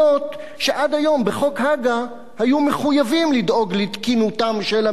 שעד היום בחוק הג"א היו מחויבים לדאוג לתקינותם של המקלטים.